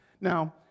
Now